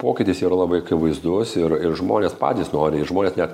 pokytis yra labai akivaizdus ir ir žmonės patys noriai žmonės net